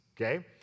okay